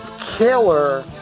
killer